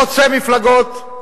חוצה מפלגות,